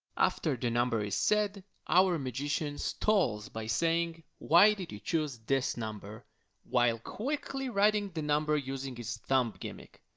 after the number is said, our magician stalls by saying why did he choose this number while quickly writing the number using his thumb gimmick.